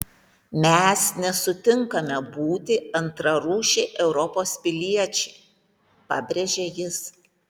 mes nesutinkame būti antrarūšiai europos piliečiai pabrėžė jis